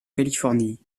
californie